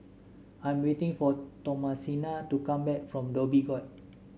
I'm waiting for Thomasina to come back from Dhoby Ghaut